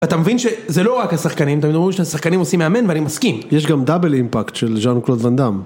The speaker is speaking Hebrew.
אתה מבין שזה לא רק השחקנים, תמיד אומרים שהשחקנים עושים מאמן ואני מסכים. יש גם דאבל אימפקט של ז'אן-קלוד ואן דאם.